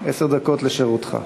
עשר דקות לרשותך.